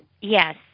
yes